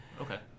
Okay